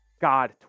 God